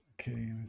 okay